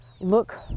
Look